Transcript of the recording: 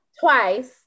twice